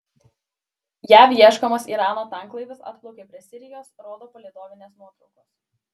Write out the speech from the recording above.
jav ieškomas irano tanklaivis atplaukė prie sirijos rodo palydovinės nuotraukos